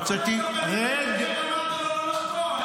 הוצאתי --- אבל אז גם פנית למבקר ואמרת לו לא לחקור,